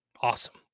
Awesome